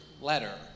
letter